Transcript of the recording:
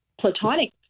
platonic